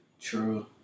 True